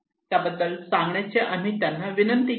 त्याबद्दल सांगण्याचे आम्ही त्यांना विनंती केली